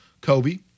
Kobe